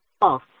False